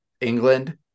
England